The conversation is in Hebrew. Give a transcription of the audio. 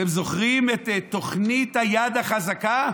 אתם זוכרים את תוכנית "היד החזקה"?